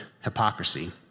hypocrisy